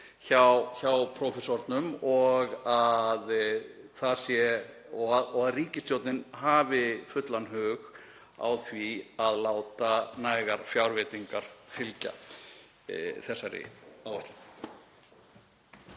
hjá prófessornum og að ríkisstjórnin hafi fullan hug á því að láta nægar fjárveitingar fylgja þessari áætlun.